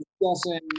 discussing